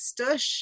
Stush